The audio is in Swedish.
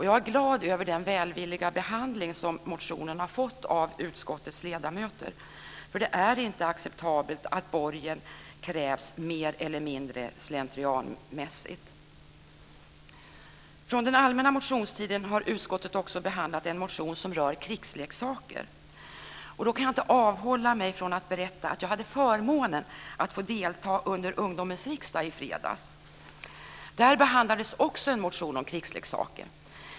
Jag är glad över den välvilliga behandling som motionen har fått av utskottets ledamöter, för det är inte acceptabelt att borgen krävs mer eller mindre slentrianmässigt. Från den allmänna motionstiden har utskottet också behandlat en motion som rör krigsleksaker. Jag kan inte avhålla mig från att berätta att jag hade förmånen att få delta under Ungdomsriksdagen i fredags.